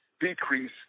decrease